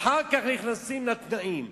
אחר כך נכנסים לתנאים.